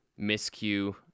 miscue